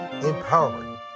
empowering